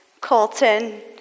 Colton